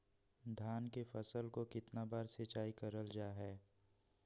धान की फ़सल को कितना बार सिंचाई करल जा हाय?